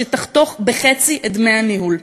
שתחתוך בחצי את דמי הניהול.